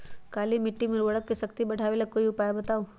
काली मिट्टी में उर्वरक शक्ति बढ़ावे ला कोई उपाय बताउ?